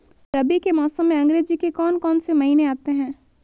रबी के मौसम में अंग्रेज़ी के कौन कौनसे महीने आते हैं?